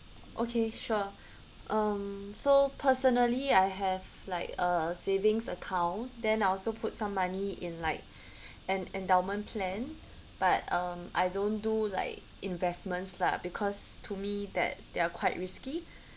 okay sure um so personally I have like a savings account then I also put some money in like an endowment plan but um I don't do like investments lah because to me they they are quite risky